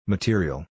Material